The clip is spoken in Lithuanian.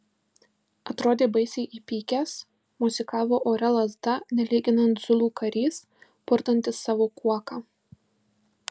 atrodė baisiai įpykęs mosikavo ore lazda nelyginant zulų karys purtantis savo kuoką